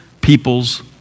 people's